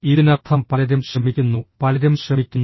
ഇതിനർത്ഥം പലരും ശ്രമിക്കുന്നു പലരും ശ്രമിക്കുന്നു